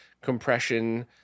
compression